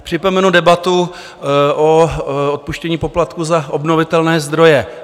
Připomenu debatu o odpuštění poplatků za obnovitelné zdroje.